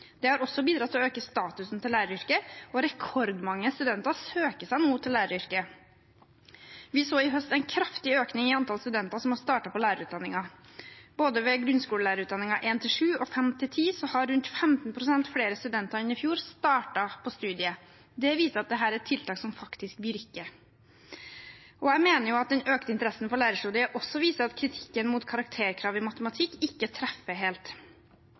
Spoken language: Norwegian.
Det har også bidratt til å øke statusen til læreryrket, og rekordmange studenter søker seg nå dit. Vi så i høst en kraftig økning i antall studenter som har startet på lærerutdanningen. Både ved grunnskolelærerutdanningen 1.–7. trinn og 5.–10. trinn har rundt 15 pst. flere studenter i år enn i fjor startet på studiet. Det viser at dette er tiltak som faktisk virker. Jeg mener at den økte interessen for lærerstudiet også viser at kritikken mot karakterkrav i matematikk ikke treffer helt.